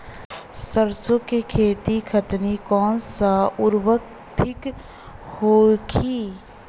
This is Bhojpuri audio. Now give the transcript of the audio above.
सरसो के खेती खातीन कवन सा उर्वरक थिक होखी?